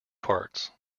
parts